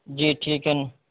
جی ٹھیک ہے